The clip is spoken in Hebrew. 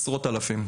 עשרות אלפים.